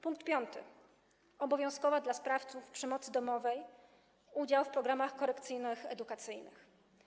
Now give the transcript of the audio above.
Punkt piąty: obowiązkowy dla sprawców przemocy domowej udział w programach korekcyjno-edukacyjnych.